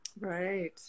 Right